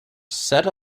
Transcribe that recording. set